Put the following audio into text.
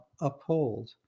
uphold